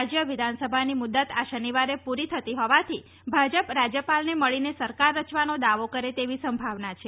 રાજ્ય વિધાનસભાની મુદ્દત આ શનિવારે પૂરી થતી હોવાથી ભાજપ રાજ્યપાલને મળીને સરકાર રચવાનો દાવો કરે તેવી સંભાવના છે